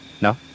No